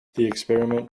experiment